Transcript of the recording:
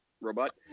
robot